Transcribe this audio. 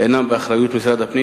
אינם באחריות משרד הפנים,